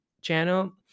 channel